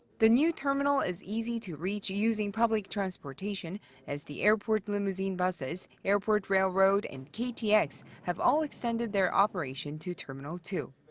the new terminal is easy to reach using public transportation as the airport limousine buses, airport railroad and ktx have have all extended their operation to terminal two.